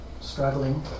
Struggling